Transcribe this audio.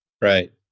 Right